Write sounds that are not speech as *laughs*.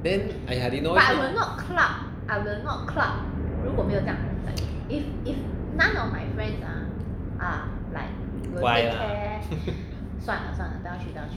then !aiya! *noise* 乖啦 *laughs*